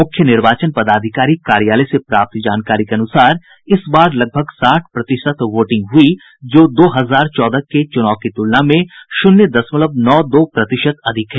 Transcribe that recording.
मुख्य निर्वाचन पदाधिकारी कार्यालय से प्राप्त जानकारी के अनुसार इस बार लगभग साठ प्रतिशत वोटिंग हुई जो दो हजार चौदह के चुनाव की तुलना में शून्य दशमलव नौ दो प्रतिशत अधिक है